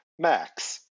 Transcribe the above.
Max